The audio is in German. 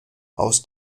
aus